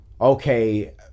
okay